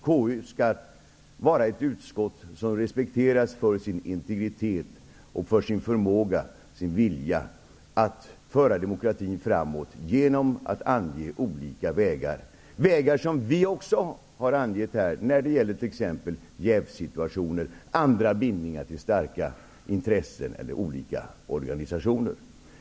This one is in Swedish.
KU skall vara ett utskott som respekteras för sin integritet, för sin förmåga, sin vilja att föra demokratin framåt genom att ange olika vägar, vägar som vi också har angett när det gäller t.ex. jävssituationer och andra bindningar till starka intressen eller olika organisationer.